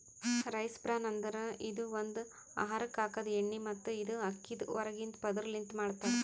rice bran ಅಂದುರ್ ಇದು ಒಂದು ಆಹಾರಕ್ ಹಾಕದ್ ಎಣ್ಣಿ ಮತ್ತ ಇದು ಅಕ್ಕಿದ್ ಹೊರಗಿಂದ ಪದುರ್ ಲಿಂತ್ ಮಾಡ್ತಾರ್